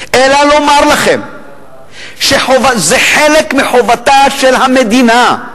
אלא לומר לכם שזה חלק מחובתה של המדינה.